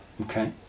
Okay